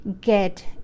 get